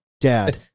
dad